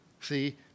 see